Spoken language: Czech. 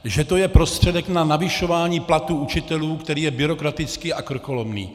Že to je prostředek na navyšování platů učitelů, který je byrokratický a krkolomný.